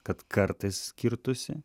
kad kartais skirtųsi